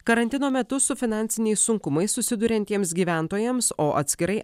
karantino metu su finansiniais sunkumais susiduriantiems gyventojams o atskirai